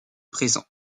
présent